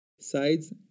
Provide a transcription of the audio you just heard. sides